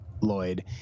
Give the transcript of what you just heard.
Lloyd